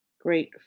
great